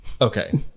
Okay